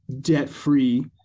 debt-free